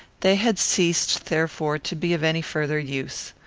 they had ceased, therefore, to be of any further use.